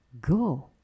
go